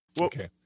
Okay